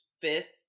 fifth